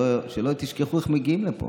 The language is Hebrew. שלא תשכחו איך מגיעים לפה.